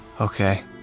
Okay